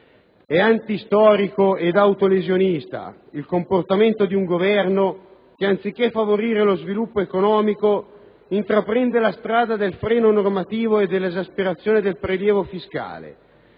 È antistorico ed autolesionista il comportamento di un Governo che, anziché favorire lo sviluppo economico, intraprende la strada del freno normativo e dell'esasperazione del prelievo fiscale,